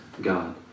God